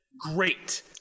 great